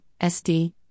SD